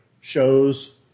shows